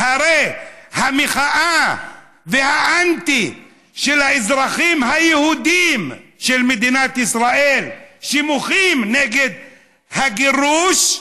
הרי המחאה והאנטי של האזרחים היהודים של מדינת ישראל שמוחים נגד הגירוש,